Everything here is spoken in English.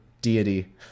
deity